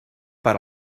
per